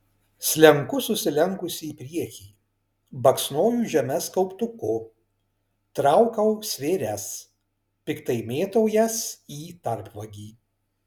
slenku susilenkusi į priekį baksnoju žemes kauptuku traukau svėres piktai mėtau jas į tarpvagį